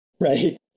right